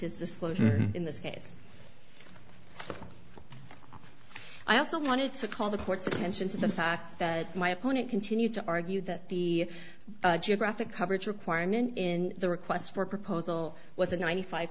his disclosure in this case i also wanted to call the court's attention to the fact that my opponent continued to argue that the geographic coverage requirement in the request for proposal was a ninety five